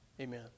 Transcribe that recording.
Amen